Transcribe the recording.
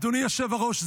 אדוני היושב-ראש,